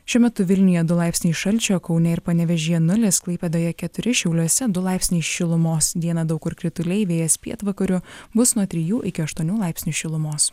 šiuo metu vilniuje du laipsniai šalčio kaune ir panevėžyje nulis klaipėdoje keturi šiauliuose du laipsniai šilumos dieną daug kur krituliai vėjas pietvakarių bus nuo trijų iki aštuonių laipsnių šilumos